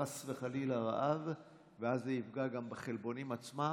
חס וחלילה, רעב, ואז זה יפגע גם בחלבונים עצמם,